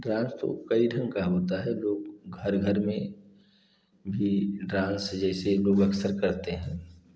dance तो कई ढंग का होता है लोग घर घर में भी डांस जैसे लोग अक्सर करते हैं